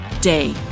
day